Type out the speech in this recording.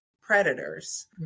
predators